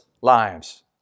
lives